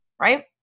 Right